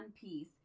piece